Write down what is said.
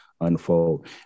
unfold